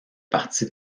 parti